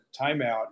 timeout